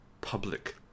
public